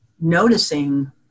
noticing